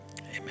Amen